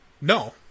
No